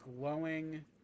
glowing